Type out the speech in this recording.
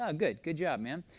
ah good. good job, man.